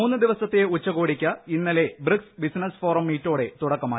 മൂന്ന് ദിവസത്തെ ഉച്ചകോടിക്ക് ഇന്നലെ പ്രബിക്സ് ബിസിനസ് ഫോറം മീറ്റോടെ തുടക്കമായി